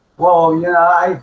well yeah,